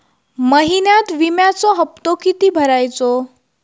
महिन्यात विम्याचो हप्तो किती भरायचो?